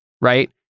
right